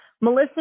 Melissa